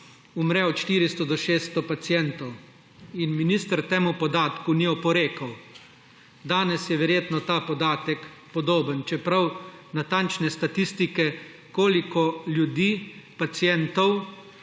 umre od 400 do 600 pacientov, in minister temu podatku ni oporekal. Danes je verjetno ta podatek podoben, čeprav ni natančne statistike, koliko ljudi, pacientov